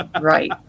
right